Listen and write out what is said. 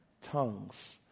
Tongues